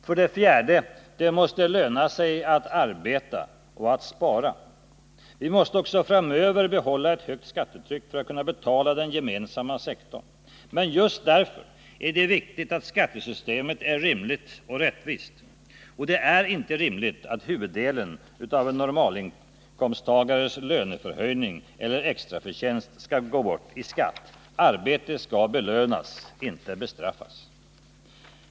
För det fjärde: Det måste löna sig att arbeta — och att spara. Vi måste också framöver behålla ett högt skattetryck för att kunna betala den gemensamma sektorn. Men just därför är det viktigt att skattesystemet är rimligt och rättvist. Och det är inte rimligt att huvuddelen av en normalinkomsttagares löneförhöjning eller extraförtjänst skall gå bort i skatt. Arbete skall belönas — inte bestraffas.